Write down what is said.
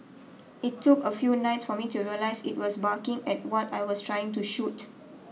it took a few nights for me to realise it was barking at what I was trying to shoot